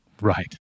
Right